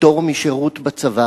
הפטור משירות בצבא,